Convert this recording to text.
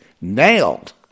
nailed